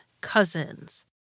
cousins